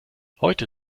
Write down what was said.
heute